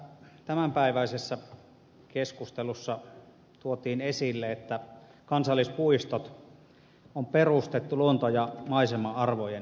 tämänpäiväisessä keskustelussa tuotiin esille että kansallispuistot on perustettu luonto ja maisema arvojen suojelua varten